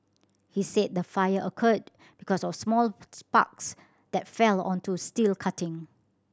he said the fire occurred because of small sparks that fell onto steel cutting